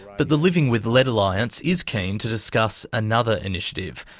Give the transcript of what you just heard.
but the living with lead alliance is keen to discuss another initiative,